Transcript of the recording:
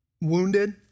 wounded